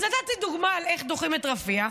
אז נתתי דוגמה על איך דוחים את רפיח,